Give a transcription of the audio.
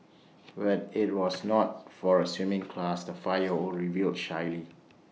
but IT was not for A swimming class the five year old revealed shyly